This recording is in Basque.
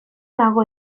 nago